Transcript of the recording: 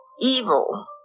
evil